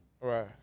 Right